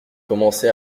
commencé